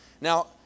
Now